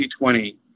2020